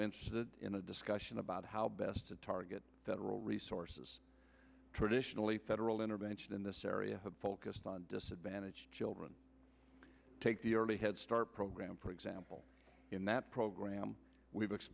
interested in a discussion about how best to target federal resources traditionally federal intervention in this area have focused on disadvantaged children take the early head start program for example in that program we